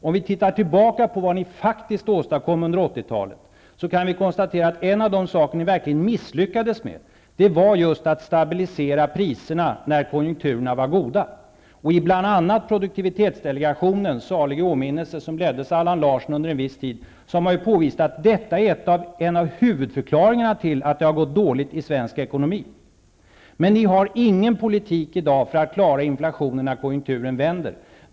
Om man ser tillbaka på vad ni faktiskt åstadkom under 80 talet, kan man konstatera att en av de saker som ni verkligen misslyckades med var just att stabilisera priserna när konjunkturerna blev goda. I bl.a. produktivitetsdelegationen -- salig i åminnelse och som under en viss tid leddes av Allan Larsson -- påvisade man att detta är en av huvudförklaringarna till att det har gått dåligt för svensk ekonomi. Socialdemokraterna har ingen politik i dag för att klara att hålla nere inflationen när konjunkturen vänder.